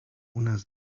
unas